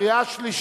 חוק